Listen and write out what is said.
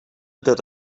did